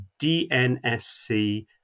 DNSC